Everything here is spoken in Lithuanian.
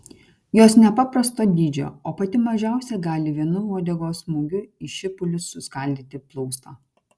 jos nepaprasto dydžio o pati mažiausia gali vienu uodegos smūgiu į šipulius suskaldyti plaustą